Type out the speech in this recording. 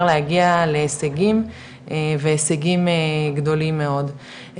להגיע להישגים והישגים גדולים מאוד.